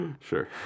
Sure